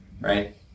right